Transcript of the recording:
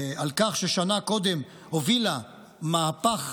על כך ששנה קודם הובילה מהפך